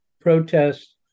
protests